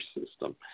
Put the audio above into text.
system